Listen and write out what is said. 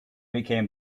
became